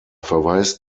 verweist